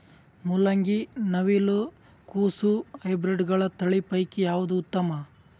ಮೊಲಂಗಿ, ನವಿಲು ಕೊಸ ಹೈಬ್ರಿಡ್ಗಳ ತಳಿ ಪೈಕಿ ಯಾವದು ಉತ್ತಮ?